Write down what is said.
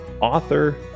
author